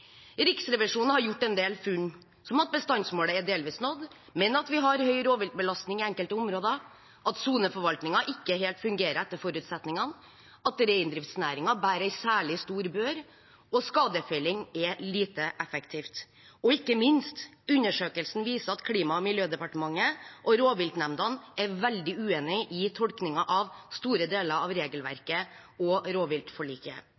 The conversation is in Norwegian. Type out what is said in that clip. Riksrevisjonen har gjort en del funn – som at bestandsmålet er delvis nådd, men at vi har høy rovviltbelastning i enkelte områder, at soneforvaltningen ikke fungerer helt etter forutsetningene, at reindriftsnæringen bærer en særlig stor bør, og at skadefelling er lite effektivt. Ikke minst viser undersøkelsen at Klima- og miljødepartementet og rovviltnemndene er veldig uenige om tolkningen av store deler av regelverket og rovviltforliket.